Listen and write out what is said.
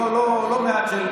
לא מעטים,